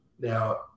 Now